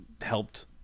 helped